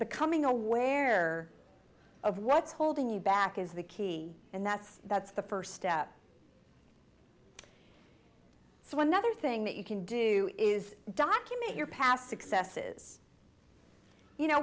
becoming aware of what's holding you back is the key and that's that's the first step so another thing that you can do is document your past successes you know